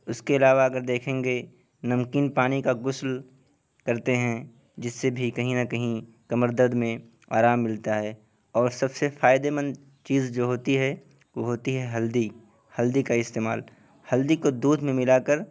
اس کے علاوہ اگر دیکھیں گے نمکین پانی کا غسل کرتے ہیں جس بھی کہیں نہ کہیں کمر درد میں آرام ملتا ہے اور سب سے فائدہ مند چیز جو ہوتی ہے وہ ہوتی ہے ہلدی ہلدی کا استعمال ہلدی کو دودھ میں ملا کر